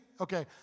Okay